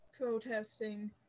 protesting